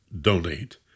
donate